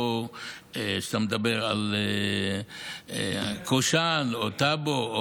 כמו שאתה מדבר על קושאן או טאבו,